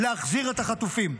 להחזיר את החטופים.